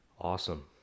awesome